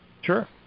Sure